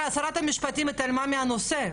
שרת המשפטים התעלמה מהנושא,